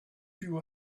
you